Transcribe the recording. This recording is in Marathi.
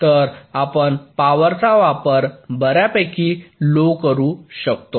तर आपण पावरचा वापर बर्यापैकी लो करू शकतो